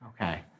Okay